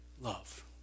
Love